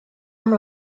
amb